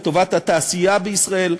לטובת התעשייה בישראל,